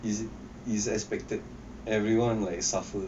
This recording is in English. is is expected everyone like suffer